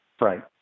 Right